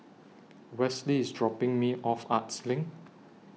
Wesley IS dropping Me off Arts LINK